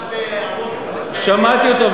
שמעתי אותו,